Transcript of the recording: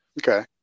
Okay